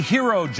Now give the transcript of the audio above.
Hero